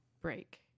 break